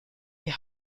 die